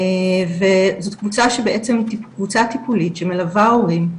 וזו קבוצה טיפולית שמלווה הורים,